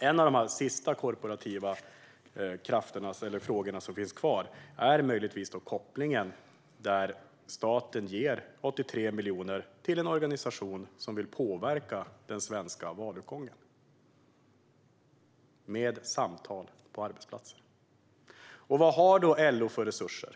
En av de sista korporativa frågor som finns kvar är möjligtvis kopplingen i att staten ger 83 miljoner till en organisation som vill påverka den svenska valutgången med samtal på arbetsplatser. Vad har då LO för resurser?